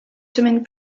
semaines